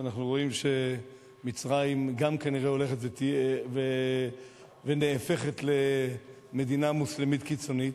שאנחנו רואים שמצרים גם כנראה הולכת ונהפכת למדינה מוסלמית קיצונית,